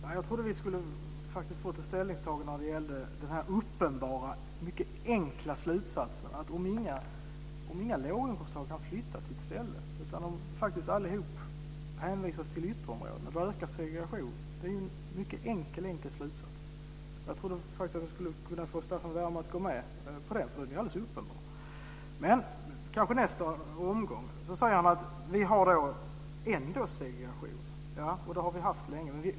Herr talman! Jag trodde att vi faktiskt skulle kunna få ett ställningstagande för den uppenbara och mycket enkla slutsatsen att om inga kan flytta till ett ställe utan alla hänvisas till ytterområdena, ökar segregationen. Det är en mycket enkel slutsats. Jag trodde faktiskt att jag skulle få Staffan Werme att gå med på den, för den är alldeles uppenbar, men det sker kanske i nästa omgång. Han säger vidare: Vi har ändå segregation. Ja, det har vi haft länge.